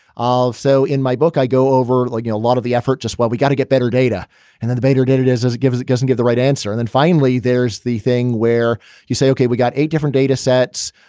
so in my book, i go over like you know a lot of the effort, just why we got to get better data and then the better data does is it gives it doesn't give the right answer. and then finally, there's the thing where you say, ok, we got eight different data sets.